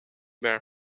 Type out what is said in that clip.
bear